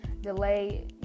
delay